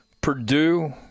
Purdue